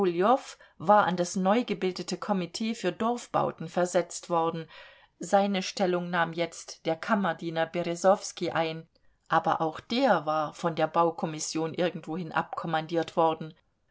war an das neugebildete komitee für dorfbauten versetzt worden seine stellung nahm jetzt der kammerdiener beresowskij ein aber auch der war von der baukommission irgendwohin abkommandiert worden